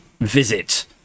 visit